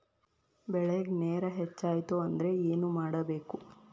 ಬೆಳೇಗ್ ನೇರ ಹೆಚ್ಚಾಯ್ತು ಅಂದ್ರೆ ಏನು ಮಾಡಬೇಕು?